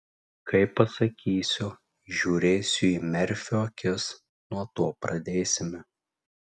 kai pasakysiu žiūrėsi į merfio akis nuo to pradėsime